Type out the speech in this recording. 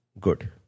Good